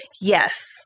Yes